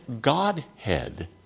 Godhead